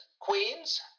Queens